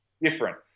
different